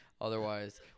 Otherwise